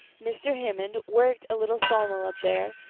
mr. hammond worked a little sawmill up there,